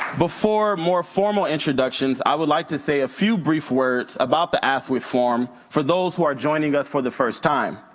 before more formal introductions, i would like to say a few brief words about the askwith forum for those who are joining us for the first time.